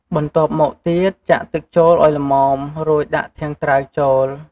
បន្ទាប់មកទៀត ចាក់ទឹកចូលឱ្យល្មម រួចដាក់ធាងត្រាវចូល។